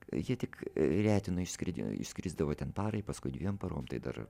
jie tik retino išskrid išskrisdavo ten parai paskui dviem parom tai dar